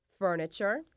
furniture